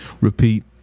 repeat